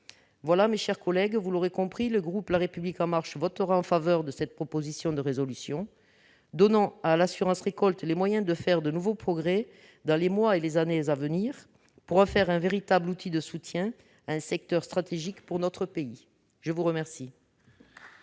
Mes chers collègues, vous l'aurez compris, le groupe La République En Marche votera en faveur de cette proposition de résolution. Donnons à l'assurance récolte les moyens de faire de nouveaux progrès dans les mois et les années à venir, afin qu'elle soit un véritable outil de soutien d'un secteur stratégique pour notre pays. La parole